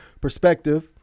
perspective